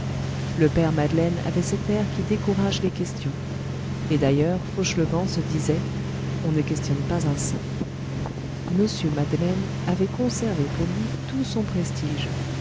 le père madeleine avait cet air qui décourage les questions et d'ailleurs fauchelevent se disait on ne questionne pas un saint mr madeleine avait conservé pour lui tout son prestige